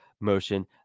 motion